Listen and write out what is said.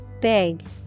Big